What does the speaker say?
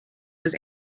was